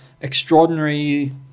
extraordinary